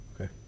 okay